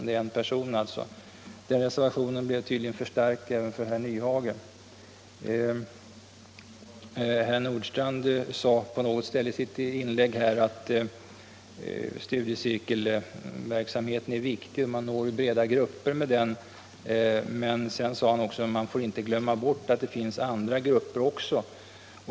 Den re servationen blev tydligen för stark även för herr Nyhage. Herr Nordstrandh sade i sitt inlägg att studiecirkelverksamheten är viktig och att man når breda grupper med den. Men sedan sade han att man inte får glömma bort att det också finns andra grupper.